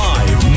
Live